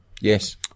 Yes